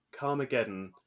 Carmageddon